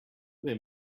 they